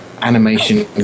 animation